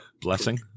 Blessing